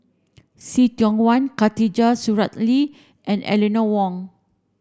See Tiong Wah Khatijah Surattee and Eleanor Wong